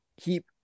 keep